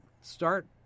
start